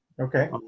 Okay